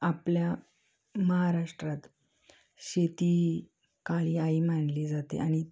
आपल्या महाराष्ट्रात शेती काळी आई मानली जाते आणि